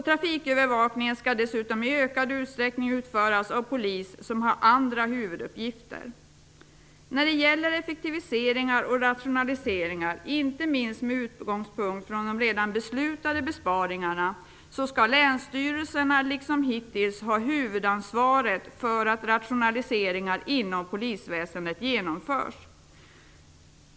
Trafikövervakningen skall dessutom i ökad utsträckning utföras av polis som har andra huvuduppgifter. När det gäller effektiviseringar och rationaliseringar, inte minst med utgångspunkt från de redan beslutade besparingarna, skall länsstyrelserna liksom hittills ha huvudansvaret för att rationaliseringar inom polisväsendet genomförs.